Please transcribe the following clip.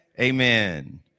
amen